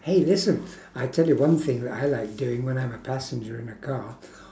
!hey! listen I tell you one thing that I like doing when I'm a passenger in a car